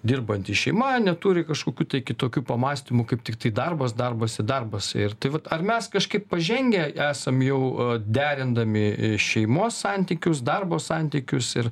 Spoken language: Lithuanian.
dirbanti šeima neturi kažkokių kitokių pamąstymų kaip tiktai darbas darbas i darbas ir tai vat ar mes kažkaip pažengę esam jau derindami šeimos santykius darbo santykius ir